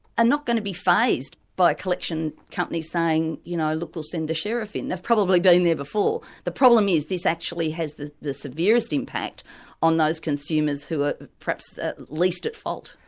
and not going to be fazed by a collection company saying, you know, look, we'll send the sheriff in', they've probably been there before. the problem is, this actually has the the severest impact on those consumers who are perhaps least at fault.